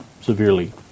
severely